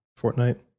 Fortnite